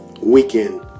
weekend